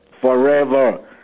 forever